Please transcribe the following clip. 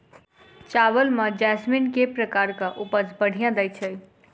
चावल म जैसमिन केँ प्रकार कऽ उपज बढ़िया दैय छै?